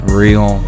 real